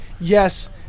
yes